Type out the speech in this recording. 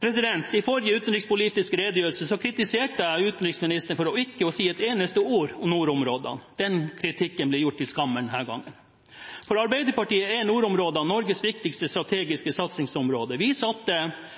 Ved forrige utenrikspolitiske redegjørelse kritiserte jeg utenriksministeren for ikke å si et eneste ord om nordområdene. Den kritikken er gjort til skamme denne gangen. For Arbeiderpartiet er nordområdene Norges viktigste strategiske satsingsområde. Vi satte nordområdene på det